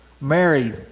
Mary